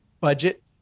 budget